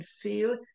feel